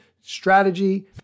strategy